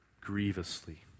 grievously